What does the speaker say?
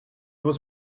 was